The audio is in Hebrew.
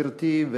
גברתי,